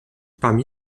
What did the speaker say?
parmi